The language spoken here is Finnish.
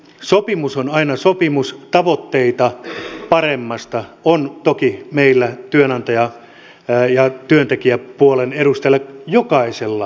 sopimus on aina sopimus tavoitteita paremmasta on toki meillä työnantaja ja työntekijäpuolten edustajilla jokaisella